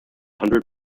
hundred